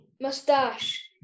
Mustache